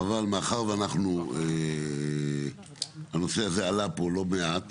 אבל מאחר שהנושא הזה עלה פה לא מעט